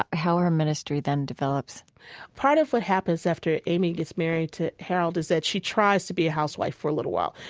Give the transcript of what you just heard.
ah how her ministry then develops part of what happens after aimee gets married to harold is that she tries to be a housewife for a little while.